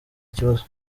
ikibazo